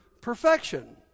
perfection